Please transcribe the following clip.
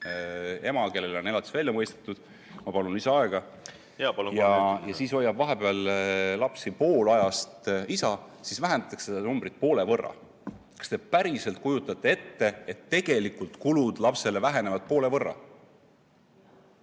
selle seaduseelnõu tagasi. Tänan! ... ja siis hoiab vahepeal lapsi pool ajast isa, siis vähendatakse seda numbrit poole võrra. Kas te päriselt kujutate ette, et tegelikult kulud lapsele vähenevad poole võrra?